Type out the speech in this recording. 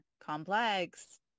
complex